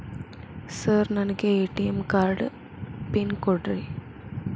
Sir ನನಗೆ ATM card pin ಕೊಡ್ರಿ?